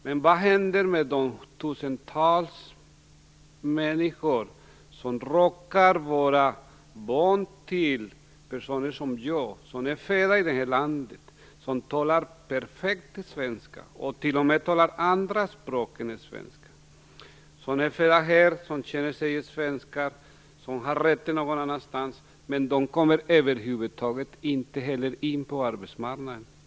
Men vad händer med de tusentals människor som råkar vara barn till personer som mig, människor som är födda här i landet, som talar perfekt svenska och t.o.m. andra språk än svenska, som känner sig svenska trots att de har rötter någon annanstans? De kommer över huvud taget inte in på arbetsmarknaden.